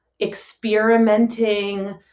experimenting